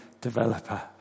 developer